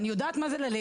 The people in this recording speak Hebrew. אני יודעת מה זה ללדת.